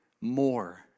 more